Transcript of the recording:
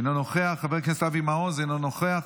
אינו נוכח, חבר הכנסת אבי מעוז, אינו נוכח,